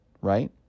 right